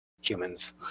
humans